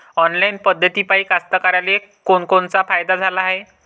Online पद्धतीपायी कास्तकाराइले कोनकोनचा फायदा झाला हाये?